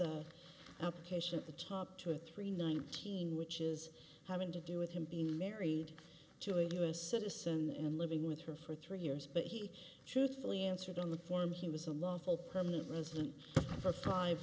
his application at the top two or three nineteen which is having to do with him being married to a us citizen and living with her for three years but he truthfully answered on the form he was a lawful permanent resident for